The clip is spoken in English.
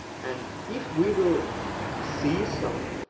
and if we will see some